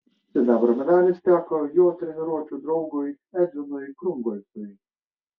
sidabro medalis teko jo treniruočių draugui edvinui krungolcui